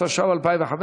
התשע"ו 2015,